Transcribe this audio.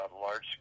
large